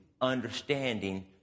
understanding